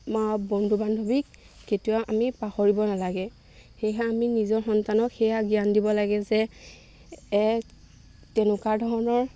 বন্ধু বান্ধৱীক কেতিয়াও আমি পাহৰিব নালাগে সেয়েহে আমি নিজৰ সন্তানক সেয়া জ্ঞান দিব লাগে যে তেনেকুৱা ধৰণৰ